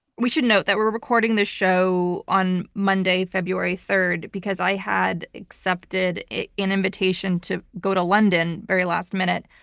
we should note that we're recording this show on monday, february third, because i had accepted an invitation to go to london very last minute.